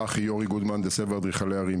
אני צחי, יו"ר איגוד מהנדסי ואדריכלי ערים.